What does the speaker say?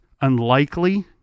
unlikely